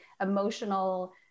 emotional